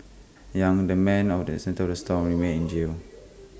yang the man of the centre of the storm remains in jail